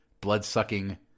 blood-sucking